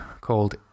called